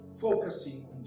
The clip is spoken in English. focusing